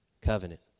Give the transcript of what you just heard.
covenant